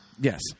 Yes